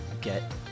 get